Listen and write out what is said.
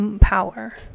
power